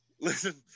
listen